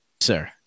Sir